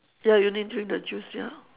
ya you need drink the juice ya